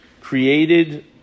created